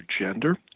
gender